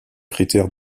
critères